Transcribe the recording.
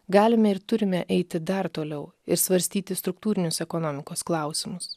galime ir turime eiti dar toliau ir svarstyti struktūrinius ekonomikos klausimus